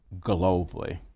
globally